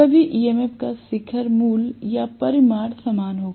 सभी EMF का शिखर मूल्य या परिमाण समान होगा